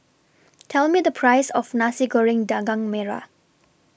Tell Me The Price of Nasi Goreng Daging Merah